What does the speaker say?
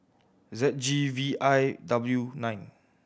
Z G V I W nine